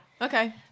okay